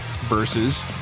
versus